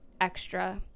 extra